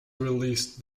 released